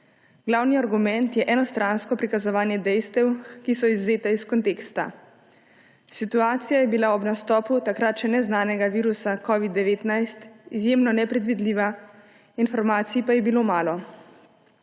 Glavni argument je enostransko prikazovanje dejstev, ki so izvzeta iz konteksta. Situacija je bila ob nastopu takrat še neznanega virusa covida-19 izjemno nepredvidljiva, informacij pa je bilo malo.